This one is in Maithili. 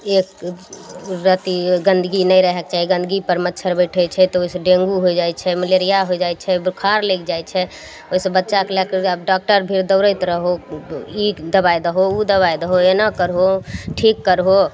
एक रति गन्दगी नहि रहेके चाही गन्दगी पर मच्छड़ बैठै छै तऽ ओहिसे ड़ेंगू होइ जाइ छै मलेरिया होए जाइ छै बोखार लागि जाइ छै ओहिसे बच्चाके लए कऽ डाक्टर भिर दौड़ैत रहु ई दवाइ दहु ओ दवाइ दहु एना करहो ठीक करहो